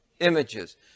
images